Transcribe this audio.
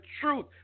truth